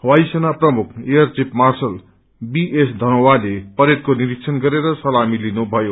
वायु सेना प्रमुख air chief marshal B S धनोवाले परेडको निरीक्षण गरेर सलामी लिनुभयो